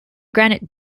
granite